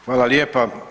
Hvala lijepa.